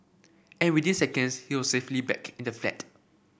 and within seconds she was safely back in the flat